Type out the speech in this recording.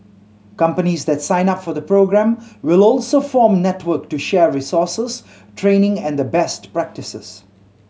companies that sign up for the programme will also form network to share resources training and best practises